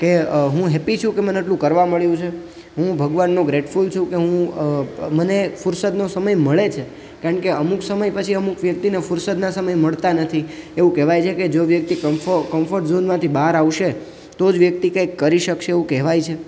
કે હું હેપ્પી છું કે મને આટલું કરવા મળ્યું છે હું ભગવાનનો ગ્રેટફુલ છું કે હું મને ફુરસદનો સમય મળે છે કારણ કે અમુક સમય પછી અમુક વ્યક્તિને ફુરસદના સમય મળતા નથી એવું કહેવાય છે કે જો વ્યક્તિ કમ્ફો કમ્ફર્ટ ઝોનમાંથી બહાર આવશે તો જ વ્યક્તિ કંઈક કરી શકશે એવું કહેવાય છે